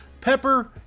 pepper